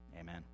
Amen